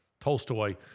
Tolstoy